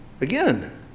Again